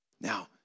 Now